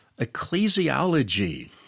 ecclesiology